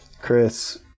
Chris